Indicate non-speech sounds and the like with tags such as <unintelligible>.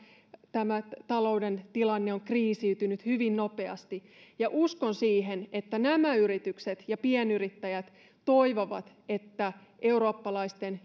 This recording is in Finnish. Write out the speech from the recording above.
talouden tilanne on kriisiytynyt hyvin nopeasti ja uskon siihen että nämä yritykset ja pienyrittäjät toivovat että myös eurooppalaisten <unintelligible>